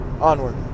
Onward